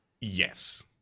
Yes